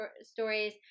stories